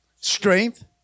strength